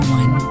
one